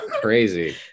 crazy